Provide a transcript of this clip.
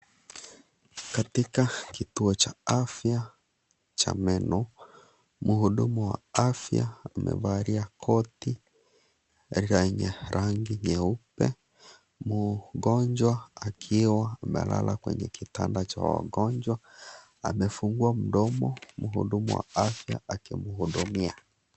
Katika kituo cha afya, cha meno. Mhudumu wa afya, amevalia koti lenye rangi nyeupe. Mgonjwa ,akiwa amelala kwenye kitanda cha wagonjwa. Amefungwa mdomo. Mhudumu wa afya akimhudumia.